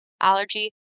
Allergy